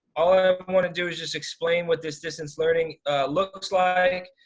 ah i wanna do is just explain what this distance learning looks like.